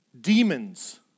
demons